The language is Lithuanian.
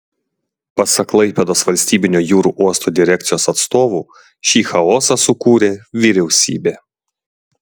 pasak klaipėdos valstybinio jūrų uosto direkcijos atstovų šį chaosą sukūrė vyriausybė